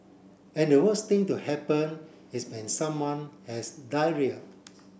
and the worst thing to happen is when someone has diarrhoea